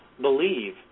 believe